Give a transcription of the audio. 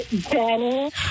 Danny